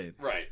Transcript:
right